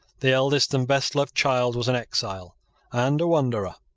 the eldest and best loved child was an exile and a wanderer.